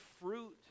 fruit